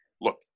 look